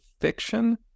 fiction